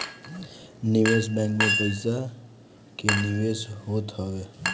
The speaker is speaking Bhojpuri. निवेश बैंक में पईसा के निवेश होत हवे